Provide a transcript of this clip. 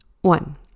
One